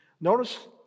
notice